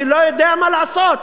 אני לא יודע מה לעשות.